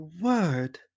word